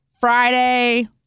Friday